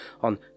on